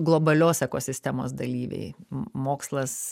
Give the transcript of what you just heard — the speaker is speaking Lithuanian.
globalios ekosistemos dalyviai mokslas